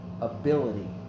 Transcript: ability